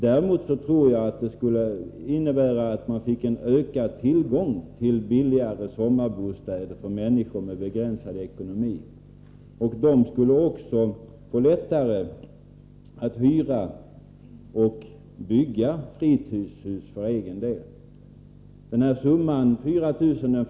Däremot tror jag att det skulle innebära en ökad tillgång på billiga sommarbostäder för människor med begränsad ekonomi. De skulle också få lättare att hyra och bygga fritidshus för egen del. Gränsen 4 000 kr.